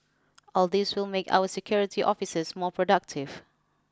all these will make our security officers more productive